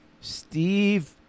Steve